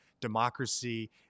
democracy